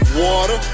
water